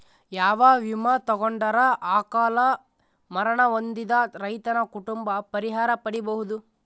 ಯಾವ ವಿಮಾ ತೊಗೊಂಡರ ಅಕಾಲ ಮರಣ ಹೊಂದಿದ ರೈತನ ಕುಟುಂಬ ಪರಿಹಾರ ಪಡಿಬಹುದು?